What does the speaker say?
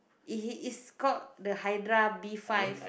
it is called the Hydra B five